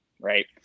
right